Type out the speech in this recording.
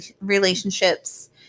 relationships